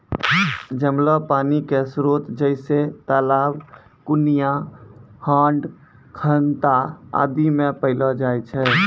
जमलो पानी क स्रोत जैसें तालाब, कुण्यां, डाँड़, खनता आदि म पैलो जाय छै